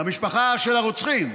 למשפחה של הרוצחים,